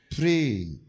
pray